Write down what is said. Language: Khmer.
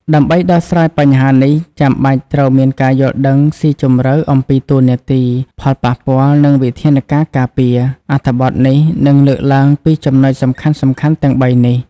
ដើម្បីដោះស្រាយបញ្ហានេះ ចាំបាច់ត្រូវមានការយល់ដឹងស៊ីជម្រៅអំពីតួនាទី ផលប៉ះពាល់ និងវិធានការការពារ។ អត្ថបទនេះនឹងលើកឡើងពីចំណុចសំខាន់ៗទាំងបីនេះ។